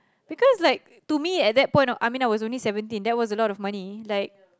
because like to me at that point I mean I was only seventeen that was a lot of money like